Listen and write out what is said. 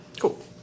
Cool